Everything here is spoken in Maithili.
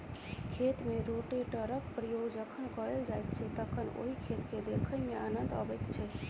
खेत मे रोटेटरक प्रयोग जखन कयल जाइत छै तखन ओहि खेत के देखय मे आनन्द अबैत छै